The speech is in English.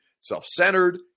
self-centered